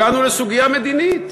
הגענו לסוגיה מדינית,